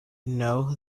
know